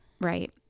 Right